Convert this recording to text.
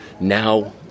Now